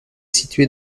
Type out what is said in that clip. située